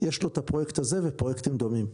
יש לו את הפרויקט הזה ופרויקטים דומים,